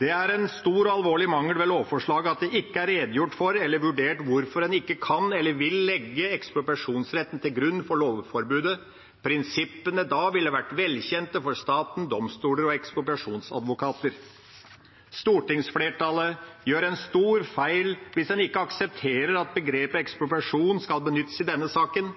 Det er en stor og alvorlig mangel ved lovforslaget at det ikke er redegjort for eller vurdert hvorfor en ikke kan, eller vil, legge ekspropriasjonsretten til grunn for lovforbudet. Prinsippene ville da vært velkjente for staten, domstoler og ekspropriasjonsadvokater. Stortingsflertallet gjør en stor feil hvis en ikke aksepterer at begrepet «ekspropriasjon» skal benyttes i denne saken.